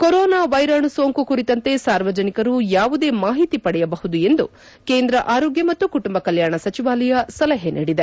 corona ವ್ಲೆರಾಣು ಸೋಂಕು ಕುರಿತಂತೆ ಸಾರ್ವಜನಿಕರು ಯಾವುದೇ ಮಾಹಿತಿ ಪಡೆಯಬಹುದು ಎಂದು ಕೇಂದ್ರ ಆರೋಗ್ಲ ಮತ್ತು ಕುಟುಂಬ ಕಲ್ಲಾಣ ಸಚಿವಾಲಯ ಸಲಹೆ ನೀಡಿದೆ